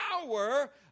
power